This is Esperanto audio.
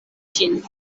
ŝin